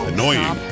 Annoying